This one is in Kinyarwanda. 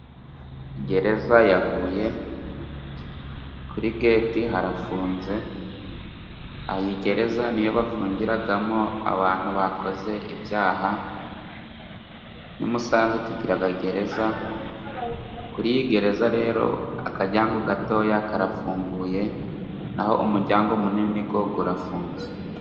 Gereza ya Huye kuri geti harafunze, iyi gereza niyo bafungiramo abantu bakoze ibyaha, ni Musanze tugira gereza, kuriyi gereza rero akaryango gatoya karafunguye, naho umuryango munini urafunze.